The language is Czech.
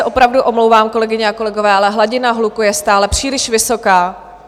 Opravdu se omlouvám, kolegyně a kolegové, ale hladina hluku je stále příliš vysoká.